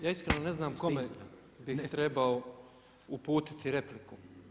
Ja iskreno ne znam kome bih trebao uputiti repliku.